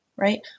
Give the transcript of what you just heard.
right